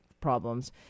problems